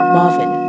Marvin